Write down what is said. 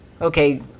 okay